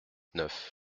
neuf